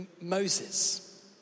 Moses